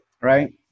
right